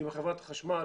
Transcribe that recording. עם חברת החשמל.